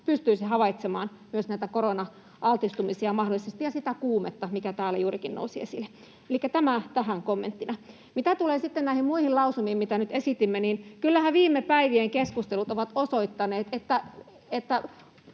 havaitsemaan myös näitä korona-altistumisia ja sitä kuumetta, mikä täällä juurikin nousi esille. Elikkä tämä tähän kommenttina. Mitä tulee sitten näihin muihin lausumiin, mitä nyt esitimme, kyllähän viime päivien keskustelut ovat osoittaneet, että